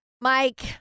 Mike